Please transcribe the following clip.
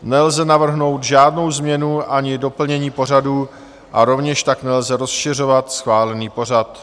Nelze navrhnout žádnou změnu ani doplnění pořadu a rovněž tak nelze rozšiřovat schválený pořad.